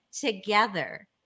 together